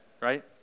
right